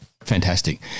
Fantastic